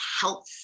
health